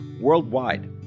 worldwide